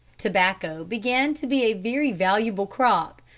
tobacco began to be a very valuable crop,